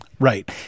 Right